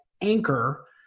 anchor